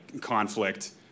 conflict